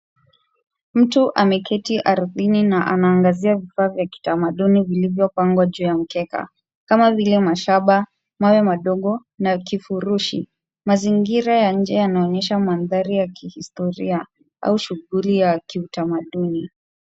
Mtu ameketi ardhini na anaangazia vifaa vya kitamaduni vilivyopangwa juu ya mkeka kama vile mashaba, mawe madogo na kifurushi. Mazingira ya nje yanaonyesha mandhari ya kihistoria au shughuli ya kiutamaduni.